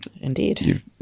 Indeed